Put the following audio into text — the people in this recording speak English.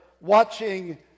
watching